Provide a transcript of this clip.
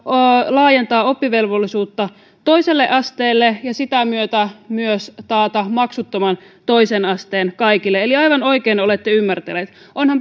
laajentaa oppivelvollisuutta toiselle asteelle ja sen myötä myös taata maksuttoman toisen asteen kaikille eli aivan oikein olette ymmärtänyt onhan